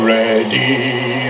ready